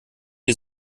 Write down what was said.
die